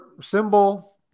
symbol